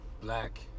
black